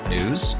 News